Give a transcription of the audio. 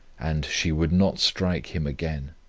and she would not strike him again,